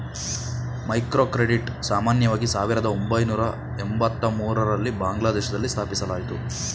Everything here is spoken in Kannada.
ಮೈಕ್ರೋಕ್ರೆಡಿಟ್ ಸಾಮಾನ್ಯವಾಗಿ ಸಾವಿರದ ಒಂಬೈನೂರ ಎಂಬತ್ತಮೂರು ರಲ್ಲಿ ಬಾಂಗ್ಲಾದೇಶದಲ್ಲಿ ಸ್ಥಾಪಿಸಲಾಯಿತು